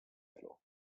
elu